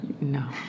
No